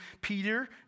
Peter